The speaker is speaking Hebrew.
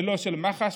ולא של מח"ש,